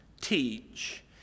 teach